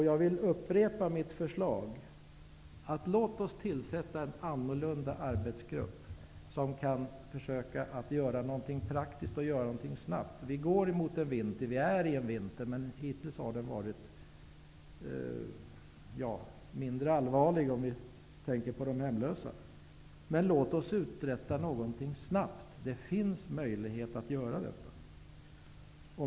Jag vill upprepa mitt förslag: Låt oss tillsätta en annorlunda arbetsgrupp, som kan försöka göra någonting praktiskt och snabbt. Vi har redan vinter. Hittills har den varit mindre allvarlig, med tanke på de hemlösa, men låt oss uträtta någonting snabbt. Det finns möjlighet att göra det.